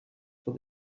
for